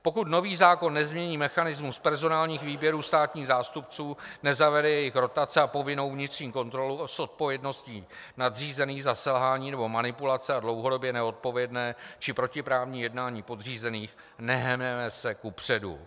Pokud nový zákon nezmění mechanismus personálních výběrů státních zástupců, nezavede jejich rotace a povinnou vnitřní kontrolu s odpovědností nadřízených za selhání nebo manipulace a dlouhodobě neodpovědné či protiprávní jednání podřízených, nehneme se kupředu.